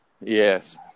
Yes